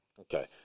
Okay